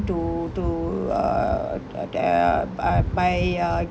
to to uh uh there uh by by uh